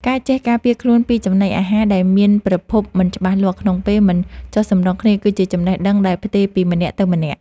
ការចេះការពារខ្លួនពីចំណីអាហារដែលមានប្រភពមិនច្បាស់លាស់ក្នុងពេលមិនចុះសម្រុងគ្នាគឺជាចំណេះដឹងដែលផ្ទេរពីម្នាក់ទៅម្នាក់។